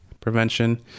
prevention